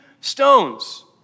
stones